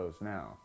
now